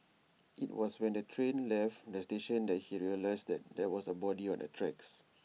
IT was when the train left the station that he realised there was A body on the tracks